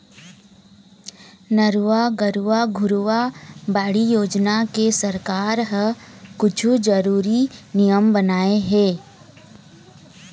नरूवा, गरूवा, घुरूवा, बाड़ी योजना के सरकार ह कुछु जरुरी नियम बनाए हे